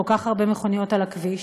כל כך הרבה מכוניות על הכביש?